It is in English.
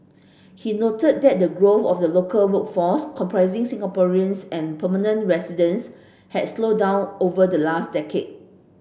he noted that the growth of the local workforce comprising Singaporeans and permanent residents had slowed down over the last decade